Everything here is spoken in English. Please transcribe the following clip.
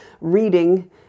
reading